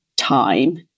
time